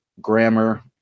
grammar